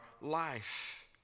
life